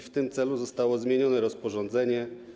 W tym celu zostało zmienione rozporządzenie.